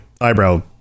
Eyebrow